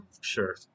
Sure